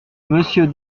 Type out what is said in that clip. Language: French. monsieur